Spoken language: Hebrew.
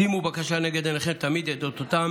שימו בבקשה לנגד עיניכם תמיד את אותן